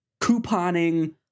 couponing